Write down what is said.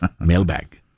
Mailbag